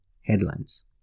headlines